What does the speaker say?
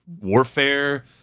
warfare